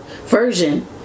version